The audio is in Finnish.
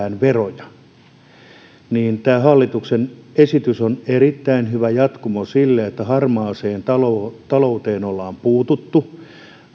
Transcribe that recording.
veroja tämä hallituksen esitys on erittäin hyvä jatkumo sille kun harmaaseen talouteen ollaan puututtu